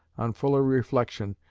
on fuller reflection,